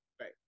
Right